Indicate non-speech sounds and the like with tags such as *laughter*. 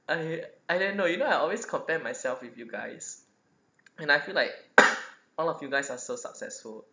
I I didn't know you know I always compare myself with you guys *noise* and I feel like *coughs* all of you guys are so successful